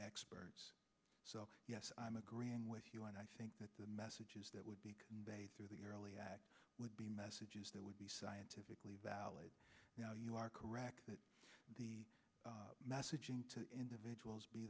experts so yes i'm agreeing with you and i think that the messages that would be conveyed through the early act would be messages that would be scientifically valid you are correct that the messaging to individuals be